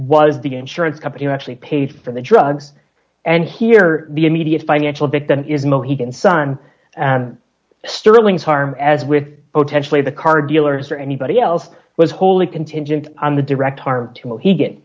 was the insurance company actually paid for the drugs and here the immediate financial victim is mohican sun sterling's harm as with boateng chalet the car dealers or anybody else was wholly contingent on the direct harm to will he get